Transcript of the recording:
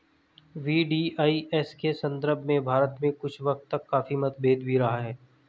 VDIS के संदर्भ में भारत में कुछ वक्त तक काफी मतभेद भी रहा है